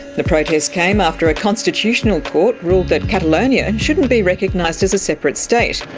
the protest came after a constitutional court ruled that catalonia and shouldn't be recognised as a separate state.